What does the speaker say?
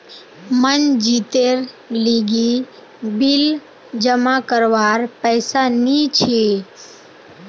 मनजीतेर लीगी बिल जमा करवार पैसा नि छी